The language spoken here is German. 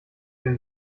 den